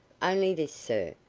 only this, sir,